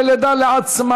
דמי לידה לעצמאיות).